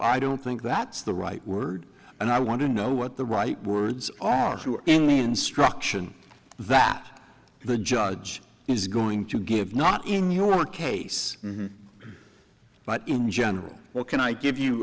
i don't think that's the right word and i want to know what the right words are true in the instruction that the judge is going to give not in your case but in general well can i give you